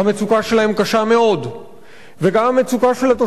וגם המצוקה של התושבים הוותיקים בשכונות האלה קשה מאוד.